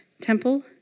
temple